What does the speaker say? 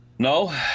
No